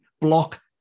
block